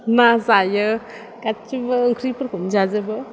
ना जायो गासैबो ओंख्रैफोरखौनो जाजोबो